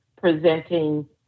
presenting